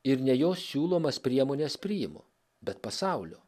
ir ne jo siūlomas priemones priimu bet pasaulio